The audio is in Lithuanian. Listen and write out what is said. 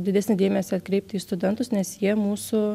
didesnį dėmesį atkreipti į studentus nes jie mūsų